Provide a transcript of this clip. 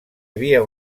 havia